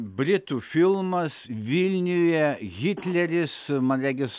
britų filmas vilniuje hitleris man regis